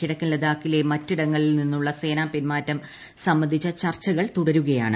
കിഴ്ക്കൻ ലഡാക്കിലെ മറ്റിടങ്ങളിൽ നിന്നുള്ള സേനാ പിൻമുറ്റും സ്ംബന്ധിച്ച ചർച്ചകൾ തുടരുകയാണ്